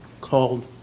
called